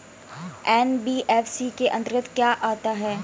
NBFC के अंतर्गत क्या आता है?